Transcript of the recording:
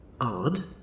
Odd